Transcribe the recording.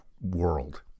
world